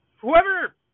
Whoever